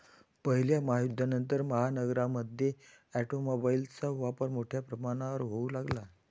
पहिल्या महायुद्धानंतर, महानगरांमध्ये ऑटोमोबाइलचा वापर मोठ्या प्रमाणावर होऊ लागला